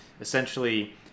essentially